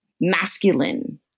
masculine